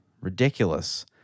Ridiculous